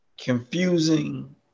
Confusing